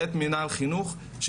ואת מנהל חינוך.